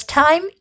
time